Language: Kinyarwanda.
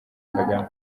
kagame